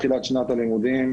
תחילת שנת הלימודים,